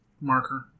marker